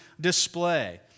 display